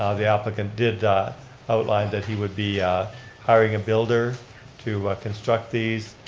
ah the applicant did outline that he would be hiring a builder to construct these,